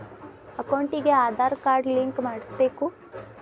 ಅಕೌಂಟಿಗೆ Aadhaar card link ಮಾಡಿಸಬೇಕು?